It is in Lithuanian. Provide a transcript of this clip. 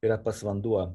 yra tas vanduo